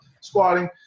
squatting